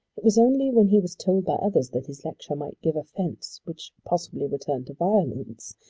it was only when he was told by others that his lecture might give offence which possibly would turn to violence,